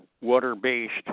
water-based